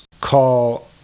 call